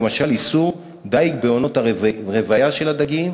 למשל איסור דיג בעונות הרבייה של הדגים,